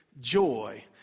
joy